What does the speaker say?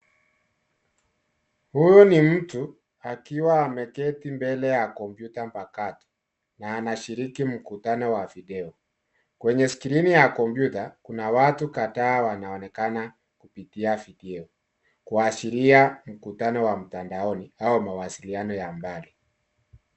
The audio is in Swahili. Huyu ni mtu akiwa ameketi mbele ya kompyuta mpakato na anashiriki mkutano wa video. Kwenye skrini ya kompyuta kuna watu kadhaa wanaonekana kupitia video kuashiria mkutano wa mtandaoni au mawasiliano ya mbali.